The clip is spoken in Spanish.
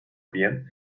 bien